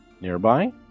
nearby